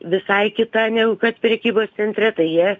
visai kita negu kad prekybos centre tai jie